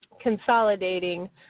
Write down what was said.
consolidating